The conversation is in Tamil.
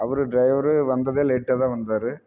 அவர் டிரைவரு வந்ததே லேட்டாக தான் வந்தார்